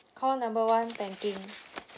call number one banking